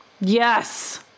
Yes